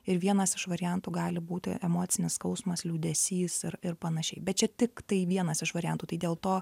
ir vienas iš variantų gali būti emocinis skausmas liūdesys ir ir panašiai bet čia tiktai vienas iš variantų tai dėl to